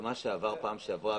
במה שעבר בפעם שעברה,